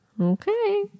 Okay